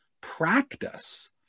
practice